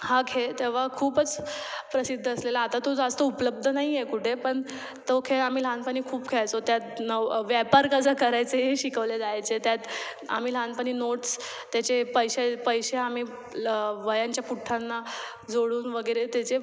हा खेळ तेव्हा खूपच प्रसिद्ध असलेला आता तो जास्त उपलब्ध नाही आहे कुठे पण तो खेळ आम्ही लहानपणी खूप खेळायचो त्यात नवा व्यापार कसा करायचा हे शिकवले जायचे त्यात आम्ही लहानपणी नोट्स त्याचे पैसे पैसे आम्ही ल वह्यांच्या पुठ्ठ्यांना जोडून वगैरे त्याचे